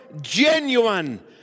genuine